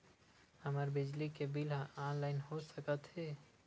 हमर बिजली के बिल ह ऑनलाइन हो सकत हे?